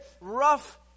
rough